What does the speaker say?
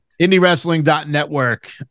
IndieWrestling.network